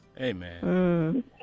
Amen